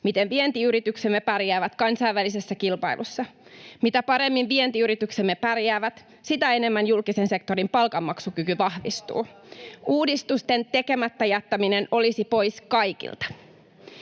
miten vientiyrityksemme pärjäävät kansainvälisessä kilpailussa. Mitä paremmin vientiyrityksemme pärjäävät, sitä enemmän julkisen sektorin palkanmaksukyky vahvistuu. Uudistusten tekemättä jättäminen olisi pois kaikilta.